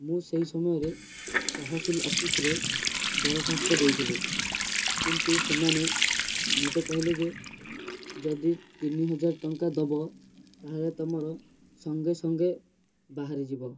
ମୁଁ ସେଇ ସମୟରେ ତହସିଲ ଅଫିସରେ ଦରଖାସ୍ତ ଦେଇଥିଲି କିନ୍ତୁ ସେମାନେ ମୋତେ କହିଲେ ଯେ ଯଦି ତିନି ହଜାର ଟଙ୍କା ଦବ ତାହେଲେ ତୁମର ସଙ୍ଗେସଙ୍ଗେ ବାହାରି ଯିବ